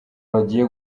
bagiye